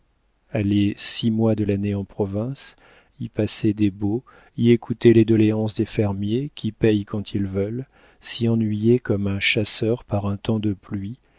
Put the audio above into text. aller six mois de l'année en province y passer des baux y écouter les doléances des fermiers qui paient quand ils veulent s'y ennuyer comme un chasseur par un temps de pluie